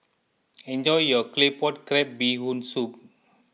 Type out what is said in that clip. enjoy your Claypot Crab Bee Hoon Soup